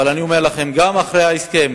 אבל גם אחרי ההסכם